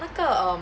那个 um